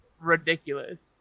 ridiculous